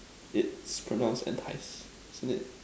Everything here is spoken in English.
it's pronounced entice isn't it